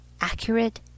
accurate